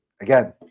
again